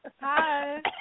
Hi